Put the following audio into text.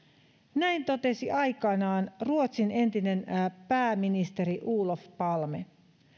näin totesi aikanaan ruotsin entinen pääministeri olof palme